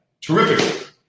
Terrific